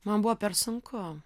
man buvo per sunku